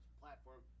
platform